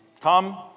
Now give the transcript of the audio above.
Come